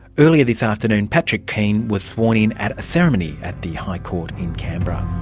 earlier this afternoon patrick keane was sworn in at a ceremony at the high court in canberra